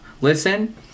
Listen